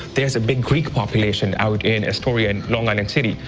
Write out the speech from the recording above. there's a big greek population out in astoria and long island city.